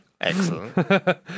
Excellent